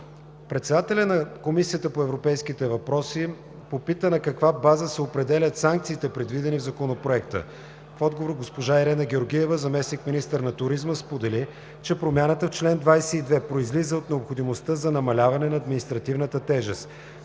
въпроси и контрол на европейските фондове, попита на каква база се определят санкциите, предвидени в Законопроекта. В отговор госпожа Ирена Георгиева – заместник-министър на туризма, сподели, че промяната в чл. 22, произлиза от необходимостта за намаляване на административната тежест.